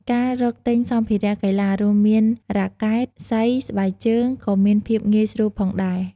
ការរកទិញសម្ភារៈកីឡា រួមមាន រ៉ាកែត សី ស្បែកជើង ក៏មានភាពងាយស្រួលផងដែរ។